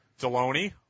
Deloney